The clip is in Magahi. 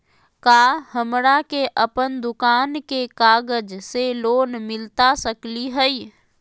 का हमरा के अपन दुकान के कागज से लोन मिलता सकली हई?